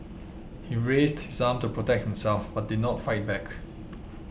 he raised his arm to protect himself but did not fight back